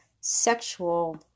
sexual